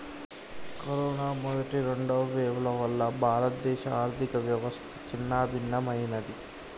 corona మొదటి, రెండవ వేవ్ల వల్ల భారతదేశ ఆర్ధికవ్యవస్థ చిన్నాభిన్నమయ్యినాది